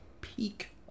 peak